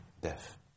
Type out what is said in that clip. death